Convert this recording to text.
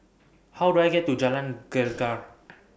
How Do I get to Jalan Gelegar